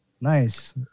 Nice